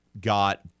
got